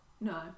No